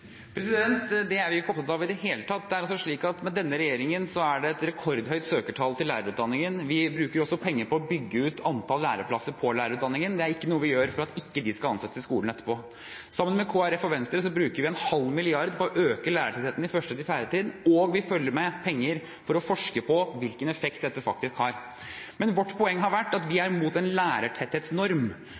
Det er vi ikke opptatt av i det hele tatt. Det er slik at med denne regjeringen er det et rekordhøyt søkertall til lærerutdanningen. Vi bruker også penger på å bygge ut antall læreplasser i lærerutdanningen. Det er ikke noe vi gjør for at de ikke skal ansettes i skolen etterpå. Sammen med Kristelig Folkeparti og Venstre bruker vi 0,5 mrd. kr på å øke lærertettheten på 1.–4. trinn, og vi følger opp med penger for å forske på hvilken effekt dette faktisk har. Men vårt poeng har vært at vi er mot en lærertetthetsnorm,